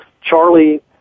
Charlie